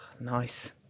nice